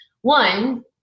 One